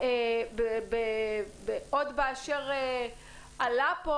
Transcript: ועוד באשר עלה פה